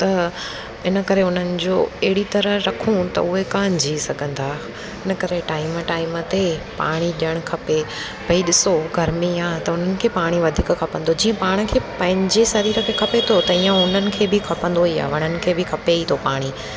त इन करे उन्हनि जो अहिड़ी तरह रखूं त उहे कोन जीउ सघंदा हिन करे टाइम टाइम ते पाणी ॾियणु खपे भई ॾिसो गर्मी आहे त उन्हनि खे पाणी वधीक खपंदो जीअं पाण खे पंहिंजे शरीर खे खपे थो त ईअं उन्हनि खे बि खपंदो ई आहे वणनि खे बि खपे ई थो पाणी